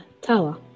tower